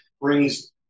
brings